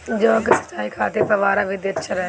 जौ के सिंचाई खातिर फव्वारा विधि अच्छा रहेला?